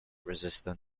resistant